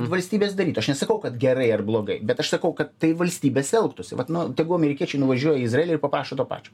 valstybės darytų aš nesakau kad gerai ar blogai bet aš sakau kad tai valstybės elgtųsi vat nu tegu amerikiečiai nuvažiuoja į izraelį ir paprašo to pačio